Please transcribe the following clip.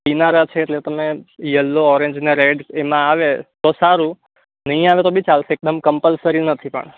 પીનારા છે એટલે તમે યલો ઓરેન્જ ને રેડ એમાં આવે તો સારું નહીં આવે તો બી ચાલશે એકદમ કંપલસરી નથી પણ